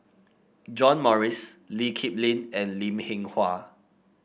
John Morrice Lee Kip Lin and Lim Hwee Hua